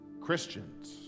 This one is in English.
Christians